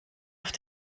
auf